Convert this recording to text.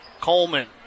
Coleman